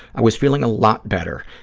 i was feeling a lot better,